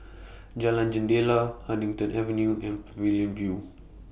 Jalan Jendela Huddington Avenue and Pavilion View